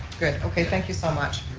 good, okay, thank you so much.